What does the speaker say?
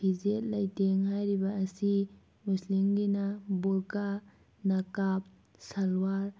ꯐꯤꯖꯦꯠ ꯂꯩꯇꯦꯡ ꯍꯥꯏꯔꯤꯕ ꯑꯁꯤ ꯃꯨꯁꯂꯤꯝꯒꯤꯅ ꯕꯨꯔꯀꯥ ꯅꯀꯥꯞ ꯁꯜꯋꯥꯔ